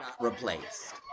replaced